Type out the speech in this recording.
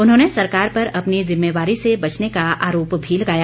उन्होंने सरकार पर अपनी जिम्मेवारी से बचने का आरोप भी लगाया